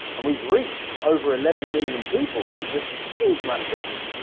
and we've reached over eleven million people which is a huge amount of people,